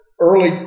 early